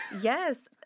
Yes